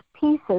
pieces